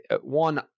one